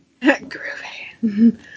Groovy